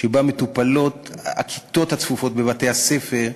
שבה מטופלות הכיתות הצפופות בבתי-הספר,